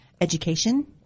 education